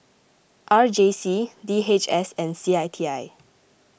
R J C D H S and C I T I